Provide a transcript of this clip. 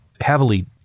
heavily